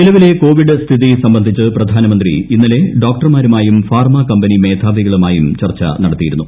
നിലവിലെ കോവിഡ് സ്ഥിതി സംബന്ധിച്ച് പ്രധാനമന്ത്രി ഇന്നലെ ഡോക്ടർമാരുമായും ഫാർമ കമ്പനി മേധാവികളുമായും ചർച്ച നടത്തിയിരുന്നു